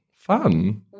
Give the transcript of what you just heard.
fun